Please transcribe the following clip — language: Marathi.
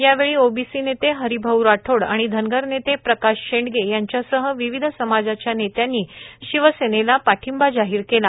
योवळी ओबीसी नेते हरीभाऊ राठोड आणि धनगर नेते प्रकाश शेडगे यांच्यासह विविध समाजाच्या नेत्यांनी शिवसेनेला पाठिंबा जाहीर केला